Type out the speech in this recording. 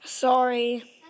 Sorry